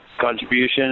contribution